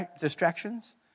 Distractions